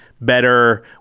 better